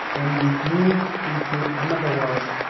and you move into another world,